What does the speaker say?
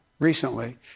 recently